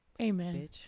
Amen